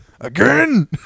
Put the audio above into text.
Again